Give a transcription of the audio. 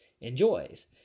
enjoys